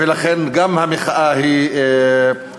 ולכן גם המחאה היא נוקבת.